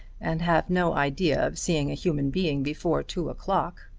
and have no idea of seeing a human being before two o'clock.